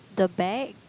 the bag